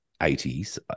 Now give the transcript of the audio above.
80s